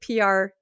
PR